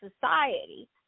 society